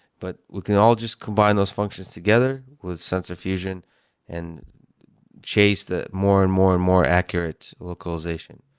but we can all just combine those functions together with sensor fusion and chase the more and more and more accurate localization.